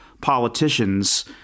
politicians